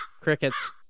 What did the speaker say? crickets